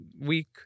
week